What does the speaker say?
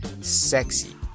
sexy